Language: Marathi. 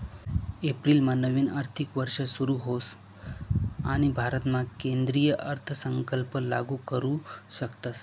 एप्रिलमा नवीन आर्थिक वर्ष सुरू होस आणि भारतामा केंद्रीय अर्थसंकल्प लागू करू शकतस